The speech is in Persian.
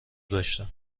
داشتم